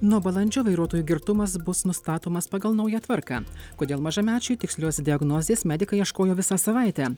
nuo balandžio vairuotojų girtumas bus nustatomas pagal naują tvarką kodėl mažamečiui tikslios diagnozės medikai ieškojo visą savaitę